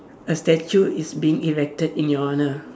a statue is being erected in your honour